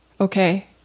okay